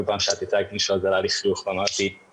אני יודע כמה